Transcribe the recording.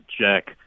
Jack